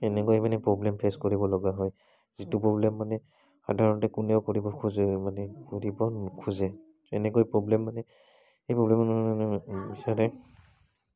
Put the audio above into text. এনেকৈ মানে problem face কৰিব লগা হয় যিটো প্ৰব্লেম মানে সাধাৰণতে কোনেও কৰিব খোজে মানে কৰিব নোখোজে তেনেকৈ প্ৰব্লেম মানে